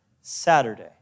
Saturday